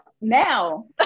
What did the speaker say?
Now